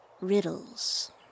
riddles